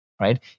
Right